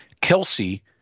Kelsey